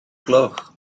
gloch